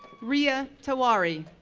riya tiwari,